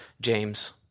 James